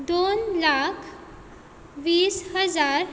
दोन लाख वीस हजार